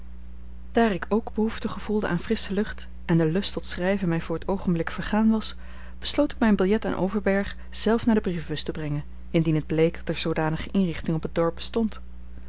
daar ik ook behoefte gevoelde aan frissche lucht en de lust tot schrijven mij voor t oogenblik vergaan was besloot ik mijn biljet aan overberg zelf naar de brievenbus te brengen indien het bleek dat er zoodanige inrichting op het dorp bestond